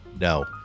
no